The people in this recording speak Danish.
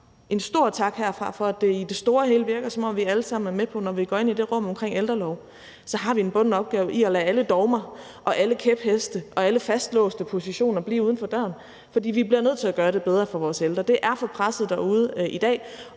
en stor tak herfra for, at det i det store hele virker, som om vi alle sammen er med på, at når vi går ind i det rum omkring ældrelov, har vi en bunden opgave i at lade alle dogmer, alle kæpheste og alle fastlåste positioner blive uden for døren, for vi bliver nødt til at gøre det bedre for vores ældre. Det er for presset derude i dag,